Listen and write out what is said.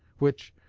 which,